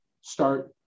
start